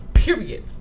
Period